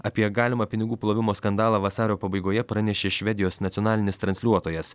apie galimą pinigų plovimo skandalą vasario pabaigoje pranešė švedijos nacionalinis transliuotojas